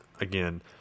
again